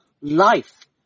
life